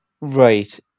right